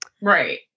Right